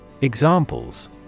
Examples